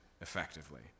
effectively